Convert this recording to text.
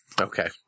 Okay